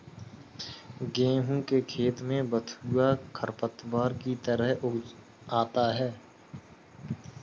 गेहूँ के खेत में बथुआ खरपतवार की तरह उग आता है